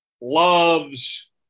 Love's